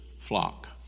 flock